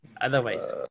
otherwise